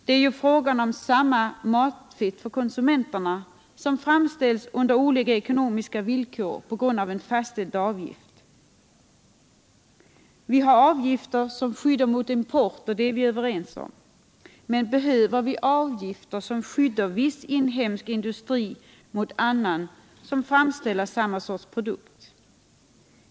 Det är ju fråga om samma matfett för konsumenterna, som framställs under olika ekonomiska villkor på grund av en fastställd avgift. Vi har avgifter som skyddar mot import, och det är vi överens om, men behöver vi avgifter som skyddar viss inhemsk industri mot annan som framställer samma sorts produkt?